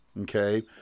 okay